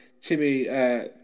Timmy